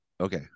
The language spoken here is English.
Okay